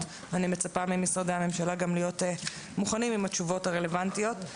ואני מצפה ממשרדי הממשלה להיות גם מוכנים עם התשובות הרלוונטיות.